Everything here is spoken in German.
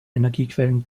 energiequellen